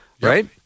right